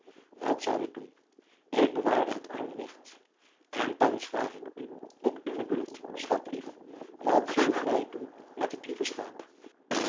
wat zou ik doen ik bewaarde het arme wicht en thands vraag ik u op uwe beurt schatlief wat zullen wij doen met het lieve schaap